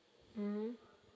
mm